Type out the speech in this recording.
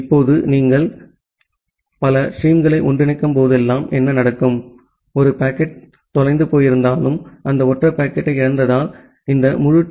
இப்போது இங்கே நீங்கள் பல ஸ்ட்ரீம்களை ஒன்றிணைக்கும்போதெல்லாம் என்ன நடக்கும் ஒரு பாக்கெட் தொலைந்து போயிருந்தாலும் அந்த ஒற்றை பாக்கெட் இழந்ததால் இந்த முழு டி